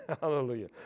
Hallelujah